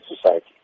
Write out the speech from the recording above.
society